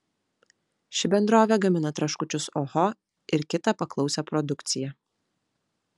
ši bendrovė gamina traškučius oho ir kitą paklausią produkciją